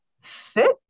fit